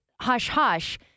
hush-hush